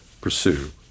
pursue